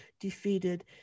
defeated